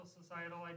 societal